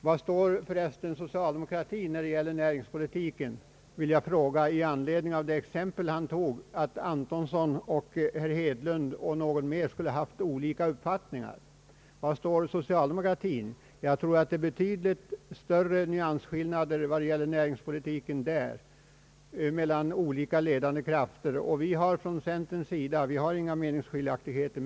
Var står för resten socialdemokratin när det gäller näringspolitiken? Den frågan vill jag ställa med anledning av det exempel som herr Palm tog om att herr Hedlund och herr Antonsson och någon ytterligare skulle haft olika uppfattningar. Var står socialdemokratin? Jag tror att det är betydligt större nyansskillnader när det gäller näringspolitiken mellan olika ledande krafter där. På centerns sida har vi inga meningsskiljaktigheter.